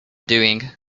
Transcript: doing